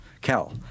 Cal